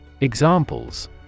Examples